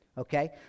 Okay